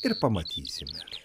ir pamatysime